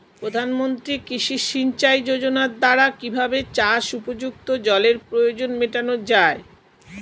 প্রধানমন্ত্রী কৃষি সিঞ্চাই যোজনার দ্বারা কিভাবে চাষ উপযুক্ত জলের প্রয়োজন মেটানো য়ায়?